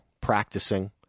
practicing